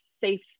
safe